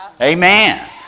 Amen